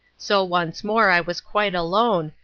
so once more i was quite alone,